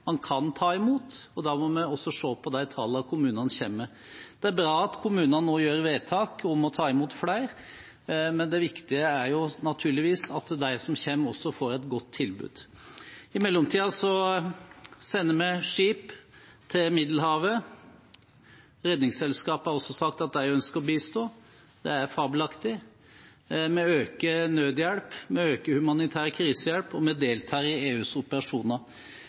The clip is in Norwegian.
man kan ta imot. Da må vi også se på de tallene kommunene kommer med. Det er bra at kommunene nå gjør vedtak om å ta imot flere, men det viktige er naturligvis at de som kommer, også får et godt tilbud. I mellomtiden sender vi skip til Middelhavet. Redningsselskapet har også sagt at de ønsker å bistå. Det er fabelaktig. Vi øker nødhjelp, vi øker humanitær krisehjelp og vi deltar i EUs operasjoner.